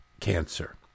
cancer